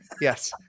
Yes